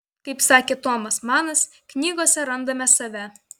kaip sakė tomas manas knygose randame save